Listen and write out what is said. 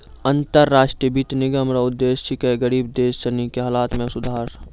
अन्तर राष्ट्रीय वित्त निगम रो उद्देश्य छिकै गरीब देश सनी के हालत मे सुधार